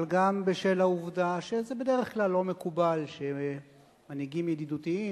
אבל גם בשל העובדה שזה בדרך כלל לא מקובל שמנהיגים ידידותיים